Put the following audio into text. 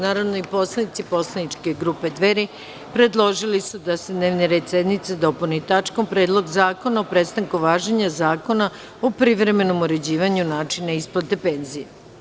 Narodni poslanici poslaničke grupe Dveri predložili su da se dnevni red sednice dopuni tačkom - Predlog zakona o prestanku važenja Zakona o privremenom uređivanju načina isplate penzija.